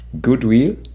goodwill